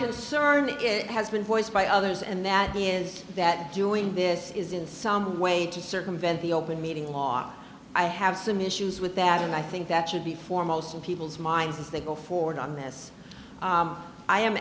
concern is it has been voiced by others and that is that doing this is in some way to circumvent the open meeting law i have some issues with that and i think that should be foremost in people's minds as they go forward on this i am